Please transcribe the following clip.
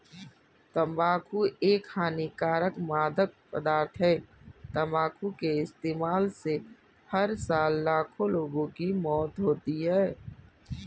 तंबाकू एक हानिकारक मादक पदार्थ है, तंबाकू के इस्तेमाल से हर साल लाखों लोगों की मौत होती है